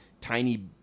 tiny